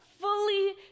Fully